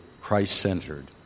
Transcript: Christ-centered